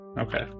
Okay